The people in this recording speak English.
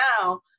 now